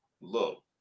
look